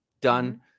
Done